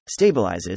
stabilizes